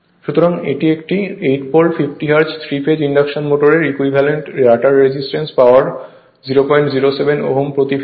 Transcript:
সুতরাং একটি 8 pole 50 hertz 3 phase induction মোটরের equivalent rotor resistance power 007 ohm প্রতি ফেজে হয়